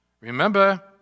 remember